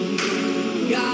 God